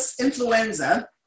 influenza